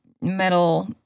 metal